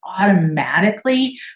automatically